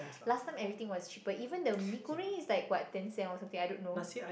last time everything was cheaper even the mee-goreng is like what ten cent or something I don't know